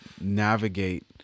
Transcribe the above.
navigate